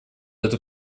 эту